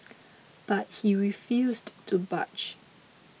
but he refused to budge